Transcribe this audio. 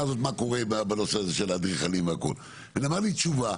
הזאת מה קורה בנושא של האדריכלים והכול ונאמרה לי תשובה,